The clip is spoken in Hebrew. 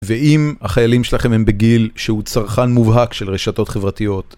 ואם החיילים שלכם הם בגיל שהוא צרכן מובהק של רשתות חברתיות